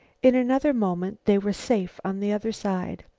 in another moment they were safe on the other side.